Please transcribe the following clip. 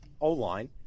O-line